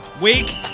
Week